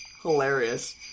hilarious